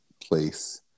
place